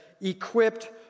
equipped